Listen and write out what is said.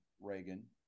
Reagan